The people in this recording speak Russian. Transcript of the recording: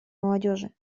молодежи